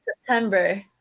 September